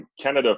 Canada